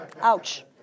Ouch